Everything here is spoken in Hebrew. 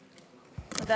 תודה.